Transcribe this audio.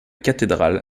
cathédrale